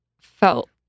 felt